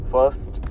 First